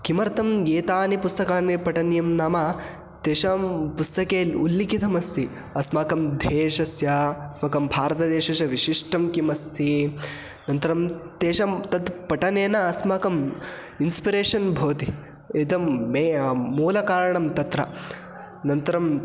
किमर्थम् एतानि पुस्तकानि पठनीयं नाम तेषां पुस्तके उल्लिखितमस्ति अस्माकं देशस्य अस्माकं भारतदेशस्य विशिष्टं किम् अस्ति अनन्तरं तेषां तत् पठनेन अस्माकम् इन्स्पिरेशन् भवति एतं मे मूलकारणं तत्र अनन्तरं